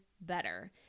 better